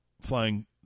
flying